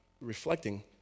reflecting